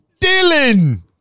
Dylan